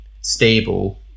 stable